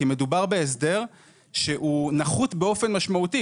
כי מדובר בהסדר שהוא נחות באופן משמעותי.